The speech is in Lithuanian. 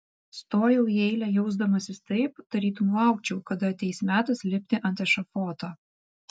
stojau į eilę jausdamasis taip tarytum laukčiau kada ateis metas lipti ant ešafoto